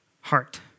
heart